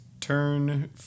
turn